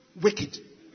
wicked